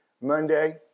Monday